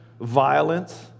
violence